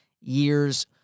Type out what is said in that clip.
years